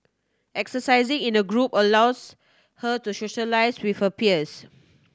exercising in a group allows her to socialise with her peers